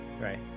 right